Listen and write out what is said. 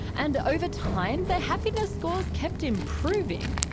and over time, their happiness scores kept improving.